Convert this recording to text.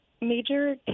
major